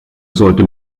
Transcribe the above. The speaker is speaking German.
sollte